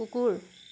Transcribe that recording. কুকুৰ